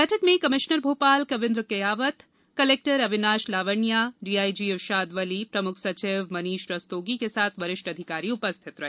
बैठक में commissioner Bhopal Kavindra Kiyawat collector Avinash Lavania DIG Irshad Wali प्रमुख सचिव मनीश रस्तोगी के साथ वरिष्ठ अधिकारी उपस्थित रहे